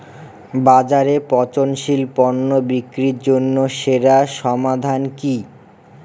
বাজারে পচনশীল পণ্য বিক্রির জন্য সেরা সমাধান কি?